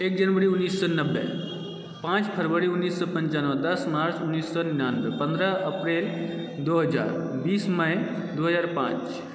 एक जनवरी उन्नैस सए नबे पाँच फरवरी उन्नैस सए पंचानबे दस मार्च उन्नैस सए निनानबे पन्द्रह अप्रैल दू हजार बीस मइ दू हजार पाँच